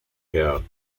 her